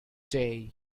day